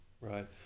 right